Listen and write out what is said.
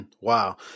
Wow